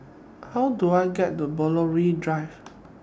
How Do I get to Belgravia Drive